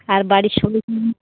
আর বাড়ির সবাই কেমন